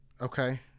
Okay